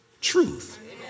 truth